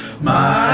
MY-